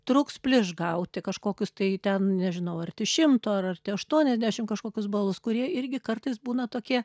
trūks plyš gauti kažkokius tai ten nežinau arti šimto ar arti aštuoniasdešim kažkokius balus kurie irgi kartais būna tokie